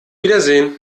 wiedersehen